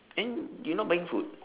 then you not buying food